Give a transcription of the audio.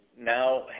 now